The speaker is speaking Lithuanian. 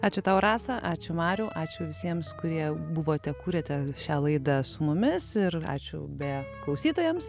ačiū tau rasa ačiū mariau ačiū visiems kurie buvote kūrėte šią laidą su mumis ir ačiū beje klausytojams